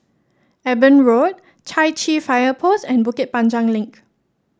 Eben Road Chai Chee Fire Post and Bukit Panjang Link